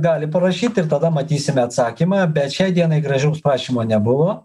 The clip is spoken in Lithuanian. gali parašyt ir tada matysime atsakymą bet šiai dienai gražaus prašymo nebuvo